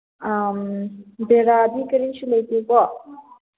ꯕꯦꯔꯥꯗꯤ ꯀꯔꯤꯁꯨ ꯂꯩꯇꯦꯀꯣ